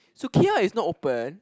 Sukiya is not open